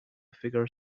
figure